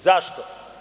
Zašto?